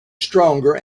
stronger